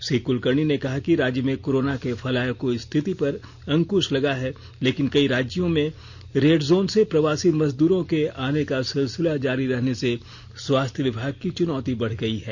श्री कुलकर्णी ने कहा कि राज्य में कोरोना के फैलाव की स्थिति पर अंकुश लगा है लेकिन कई राज्यों के रेड जोन से प्रवासी मजदूरों के आने का सिलसिला जारी रहने से स्वास्थ्य विभाग की चुनाती बढ़ गयी है